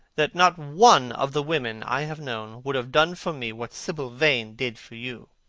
that not one of the women i have known would have done for me what sibyl vane did for you.